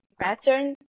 pattern